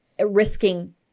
risking